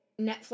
Netflix